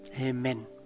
Amen